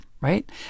Right